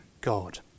God